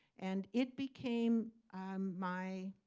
and it became um my